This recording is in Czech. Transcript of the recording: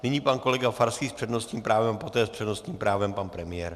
Nyní pan kolega Farský s přednostním právem, poté s přednostním právem pan premiér.